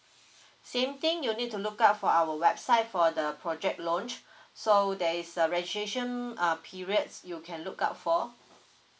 same thing you need to look out for our website for the project launch so there is a registration um periods you can look out for